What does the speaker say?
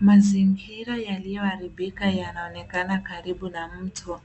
Mazingira yaliyoharibika yanaonekana karibu na mtu.